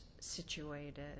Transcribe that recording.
situated